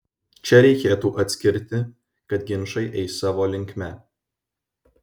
čia reikėtų atskirti kad ginčai eis savo linkme